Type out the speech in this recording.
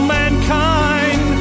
mankind